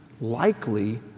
likely